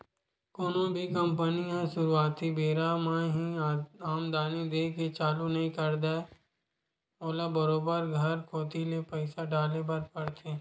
कोनो भी कंपनी ह सुरुवाती बेरा म ही आमदानी देय के चालू नइ करय ओला बरोबर घर कोती ले पइसा डाले बर परथे